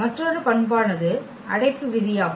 மற்றொரு பண்பானது அடைப்பு விதியாகும்